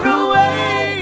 away